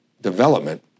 development